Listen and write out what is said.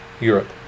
Europe